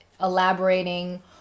elaborating